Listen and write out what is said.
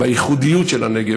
בייחודיות של הנגב,